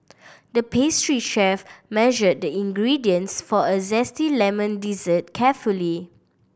the pastry chef measured the ingredients for a zesty lemon dessert carefully